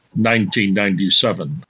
1997